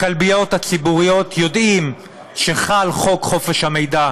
בכלביות הציבוריות יודעים שחל חוק חופש המידע,